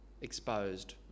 exposed